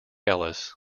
ellis